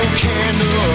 candle